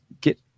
get